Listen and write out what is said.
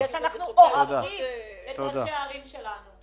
בגלל שאנחנו אוהבים את ראשי הערים שלנו.